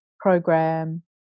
program